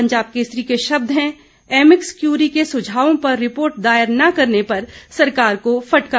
पंजाब केसरी के शब्द हैं एमिक्स क्यूरी के सुझावों पर रिपोर्ट दायर न करने पर सरकार को फटकार